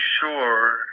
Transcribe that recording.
sure